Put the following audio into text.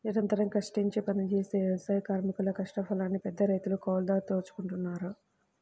నిరంతరం కష్టించి పనిజేసే వ్యవసాయ కార్మికుల కష్టఫలాన్ని పెద్దరైతులు, కౌలుదారులు దోచుకుంటన్నారు